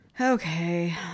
Okay